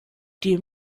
die